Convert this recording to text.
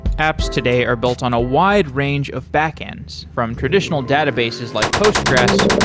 apps today are built on a wide range of backends, from traditional databases like postgres,